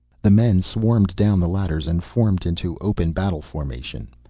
the men swarmed down the ladders and formed into open battle formation.